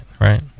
right